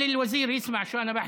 תן לשר לשמוע מה אני אומר,)